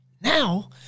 Now